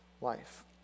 life